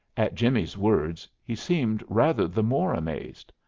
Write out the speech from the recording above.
at jimmie's words he seemed rather the more amazed.